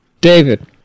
David